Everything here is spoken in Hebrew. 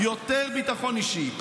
יותר ביטחון אישי,